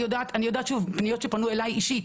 אני יודעת מפניות שפנו אלי אישית,